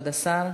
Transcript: כבוד השר.